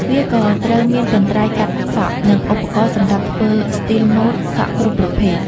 វាក៏ត្រូវមានកន្ត្រៃកាត់សក់និងឧបករណ៍សម្រាប់ធ្វើស្ទីលម៉ូដសក់គ្រប់ប្រភេទ។